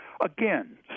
Again